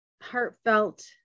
heartfelt